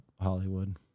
Hollywood